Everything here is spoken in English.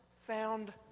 found